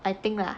I think lah